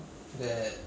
ya actually 两个菜一个肉